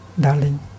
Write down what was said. Darling